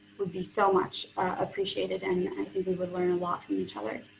would be so much appreciated and i think we would learn a lot from each other.